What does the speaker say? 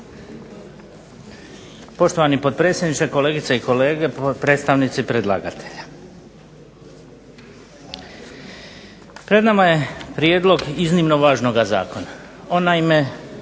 Poštovani potpredsjedniče, kolegice i kolege, predstavnici predlagatelja. Pred nama je prijedlog iznimno važnoga zakona. On naime